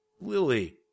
Lily